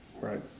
right